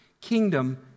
kingdom